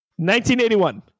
1981